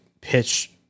pitch